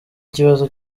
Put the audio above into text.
ikibazo